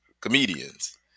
comedians